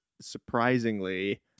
Surprisingly